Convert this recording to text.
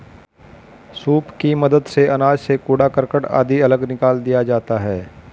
soup की मदद से अनाज से कूड़ा करकट आदि अलग निकाल दिया जाता है